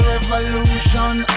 Revolution